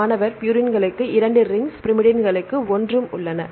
மாணவர் ப்யூரின்களுக்கு 2 ரிங்ஸ பைரிமிடின்களுக்கு 1 ம் உள்ளன